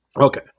Okay